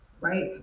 right